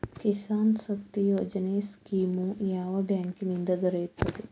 ಕಿಸಾನ್ ಶಕ್ತಿ ಯೋಜನೆ ಸ್ಕೀಮು ಯಾವ ಬ್ಯಾಂಕಿನಿಂದ ದೊರೆಯುತ್ತದೆ?